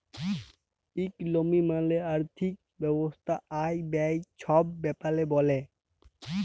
ইকলমি মালে আথ্থিক ব্যবস্থা আয়, ব্যায়ে ছব ব্যাপারে ব্যলে